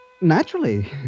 Naturally